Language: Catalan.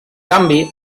canvi